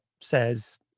says